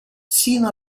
sino